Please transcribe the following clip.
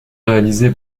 réalisé